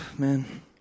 Man